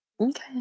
Okay